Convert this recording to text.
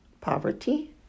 poverty